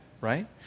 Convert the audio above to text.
right